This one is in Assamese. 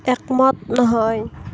একমত নহয়